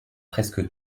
presque